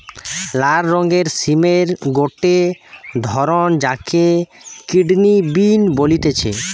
লাল রঙের সিমের গটে ধরণ যাকে কিডনি বিন বলতিছে